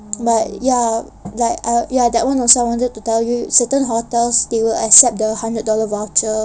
but ya like that one also I wanted to tell you certain hotels they will accept the hundred dollar voucher